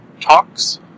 talks